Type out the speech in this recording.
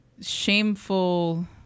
shameful